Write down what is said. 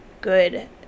good